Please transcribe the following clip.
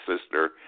sister